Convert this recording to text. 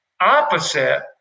opposite